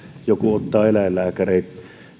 joku ottaa eläinlääkäriliiton